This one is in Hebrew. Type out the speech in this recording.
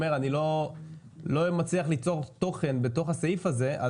הוא אומר שאני לא מצליח ליצור תיכון בתוך הסעיף הזה.